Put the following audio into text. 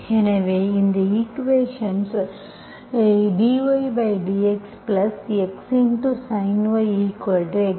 எனவே இந்த ஈக்குவேஷன்ஐ dydx x sin2yx3y